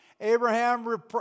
Abraham